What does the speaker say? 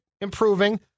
improving